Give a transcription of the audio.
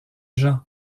jean